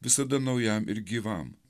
visada naujam ir gyvam